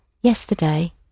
yesterday